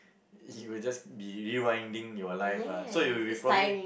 you will just be rewinding your life lah so you will be probably